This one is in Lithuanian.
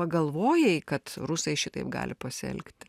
pagalvojai kad rusai šitaip gali pasielgti